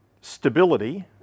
stability